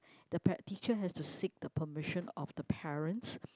the par~ teacher has to seek the permission of the parents